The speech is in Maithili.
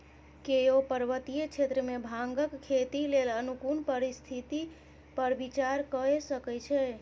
केओ पर्वतीय क्षेत्र मे भांगक खेती लेल अनुकूल परिस्थिति पर विचार कए सकै छै